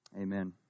amen